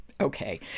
Okay